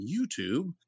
YouTube